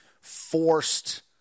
forced –